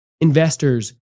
investors